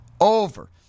over